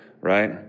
right